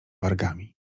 wargami